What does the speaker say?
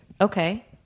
Okay